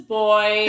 boy